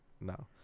no